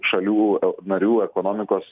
šalių narių ekonomikos